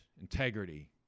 integrity